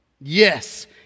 Yes